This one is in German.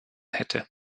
hätte